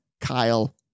Kyle